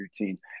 routines